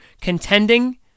contending